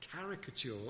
caricature